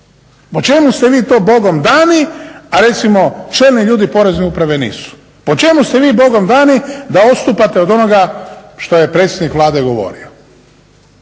Po čemu ste vi to bogomdani, a recimo čelni Porezne uprave nisu? Po čemu ste vi bogomdani da odstupate od onoga što je predsjednik Vlade govorio?